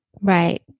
Right